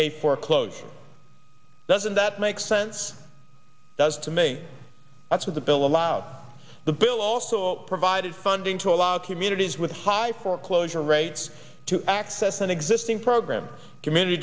a foreclose doesn't that make sense does to me that's what the bill allowed the bill also provided funding to allow communities with high foreclosure rates to access an existing programs community